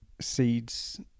seeds